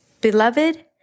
Beloved